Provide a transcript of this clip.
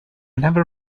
never